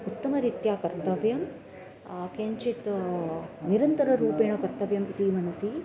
उत्तमरीत्या कर्तव्यं किञ्चित् निरन्तररूपेण कर्तव्यम् इति मनसि